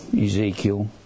Ezekiel